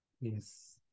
Yes